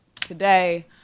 today